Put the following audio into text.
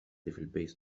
البيت